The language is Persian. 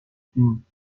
هستیم